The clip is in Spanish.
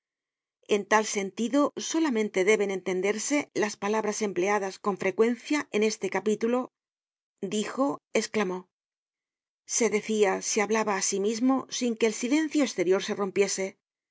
en tal sentido solamente deben entenderse las palabras empleadas con frecuencia en este capítulo dijo esclamó se decia se hablaba á sí mismo sin que el silencio esterior se rompiese